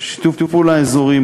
שיתוף פעולה אזורי,